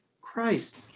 Christ